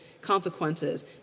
consequences